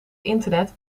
internet